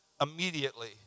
immediately